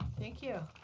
thank you.